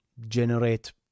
generate